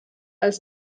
als